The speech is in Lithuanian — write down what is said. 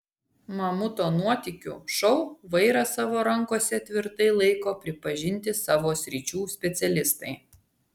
mamuto nuotykių šou vairą savo rankose tvirtai laiko pripažinti savo sričių specialistai